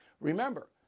Remember